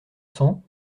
cents